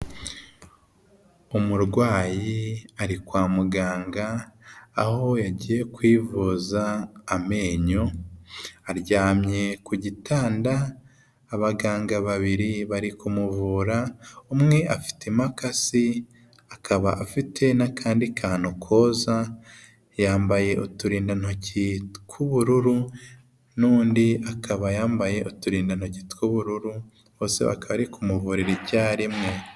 Umurwayi ari kwa muganga aho yagiye kwivuza amenyo, aryamye ku gitanda abaganga babiri bari kumuvura, umwe afite makasi akaba afite n'akandi kantu koza. Yambaye uturindantoki tw'ubururu n'undi akaba yambaye uturindantoki tw'ubururu. Bose bakaba bari kumuvurira icyarimwe.